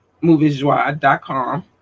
MoviesJoy.com